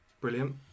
Brilliant